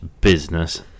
Business